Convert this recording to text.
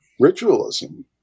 ritualism